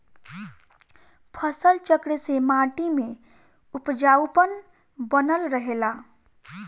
फसल चक्र से माटी में उपजाऊपन बनल रहेला